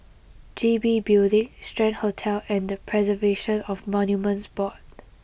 G B Building Strand Hotel and The Preservation of Monuments Board